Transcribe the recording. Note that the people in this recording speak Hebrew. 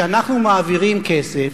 כשאנחנו מעבירים כסף,